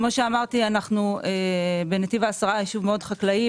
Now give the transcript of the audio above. כמו שאמרתי, נתיב העשרה הוא יישוב מאוד חקלאי.